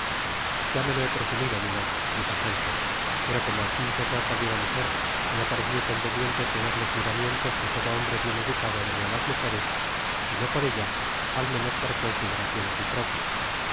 ya me lo he presumido milórd dijo felton pero como al fin se trata de una mujer me ha parecido conveniente tener los miramientos qne todo hombre bidn educado debe á las mujeres si no por ella al menos por consideracion á si propio